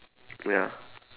ya